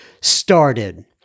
started